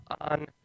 on